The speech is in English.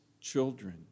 children